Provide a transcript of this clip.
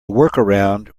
workaround